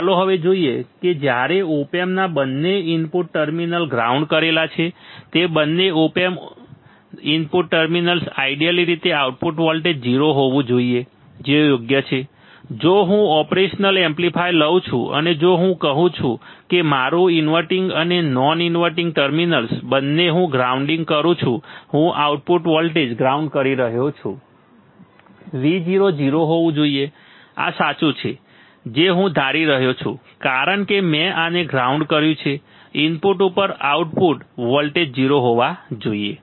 ચાલો હવે જોઈએ કે જ્યારે ઓપ એમ્પના બંને ઇનપુટ ટર્મિનલ ગ્રાઉન્ડ કરેલા છે તે બંને ઓપ એમ્પ્સનાં ઇનપુટ ટર્મિનલ્સ આઇડિયલ રીતે આઉટપુટ વોલ્ટેજ 0 હોવું જોઈએ જે યોગ્ય છે જો હું ઓપરેશન એમ્પ્લીફાયર લઉં છું અને જો હું કહું કે મારા ઇન્વર્ટીંગ અને નોન ઇન્વર્ટીંગ ટર્મિનલ્સ બંને હું ગ્રાઉન્ડિંગ કરું છું હું આઉટપુટ વોલ્ટેજ ગ્રાઉન્ડ કરી રહ્યો છું Vo 0 હોવું જોઈએ આ સાચું છે જે હું ધારી રહ્યો છું કારણ કે મેં આને ગ્રાઉન્ડ કર્યું છે ઇનપુટ ઉપર આઉટપુટ વોલ્ટેજ 0 હોવા જોઈએ